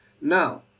Now